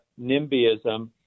nimbyism